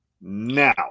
now